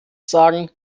sagen